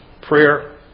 prayer